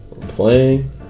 playing